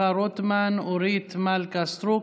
שמחה רוטמן, אורית מלכה סטרוק,